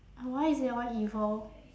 uh why is it all evil